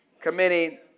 Committing